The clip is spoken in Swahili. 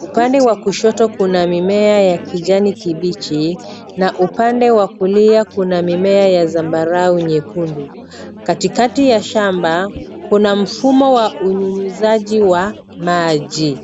Upande wa kushoto kuna mimea ya kijani kibichi na upande wa kulia kuna mimea ya zamabarau nyekundu. Katikati ya shamba, kuna mfumo wa unyunyizaji wa maji.